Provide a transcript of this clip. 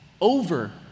over